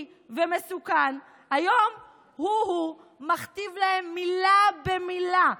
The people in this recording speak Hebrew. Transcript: ומסוכן היום הוא הוא מכתיב להם מילה במילה,